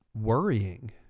worrying